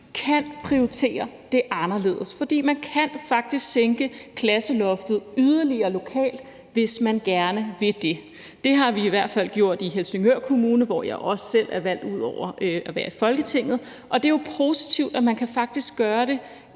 kan prioritere anderledes, for man kan faktisk lokalt sænke klasseloftet yderligere, hvis man gerne vil det. Det har vi i hvert fald gjort i Helsingør Kommune, hvor jeg selv er valgt ind ud over at være i Folketinget. Det er jo positivt, og man kan faktisk gøre det